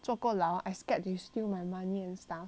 做过牢 I scared you steal my money and stuff